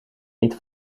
niet